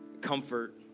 comfort